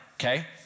okay